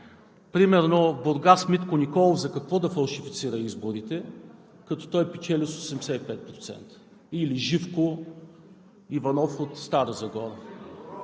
Примерно в Бургас Митко Николов за какво да фалшифицира изборите, като той печели с 85%? Или Живко Иванов от Стара Загора